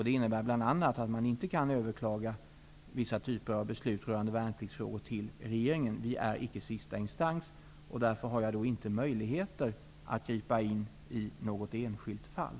Den innebär bl.a. att man inte kan överklaga vissa typer av beslut rörande värnpliktsfrågor till regeringen. Vi är icke sista instans, och därför har jag inte möjlighet att gripa in i något enskilt fall.